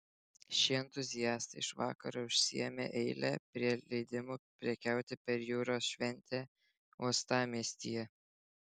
šie entuziastai iš vakaro užsiėmė eilę prie leidimų prekiauti per jūros šventę uostamiestyje